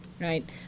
right